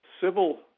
civil